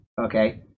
okay